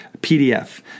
PDF